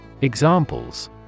Examples